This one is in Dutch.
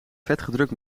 vetgedrukt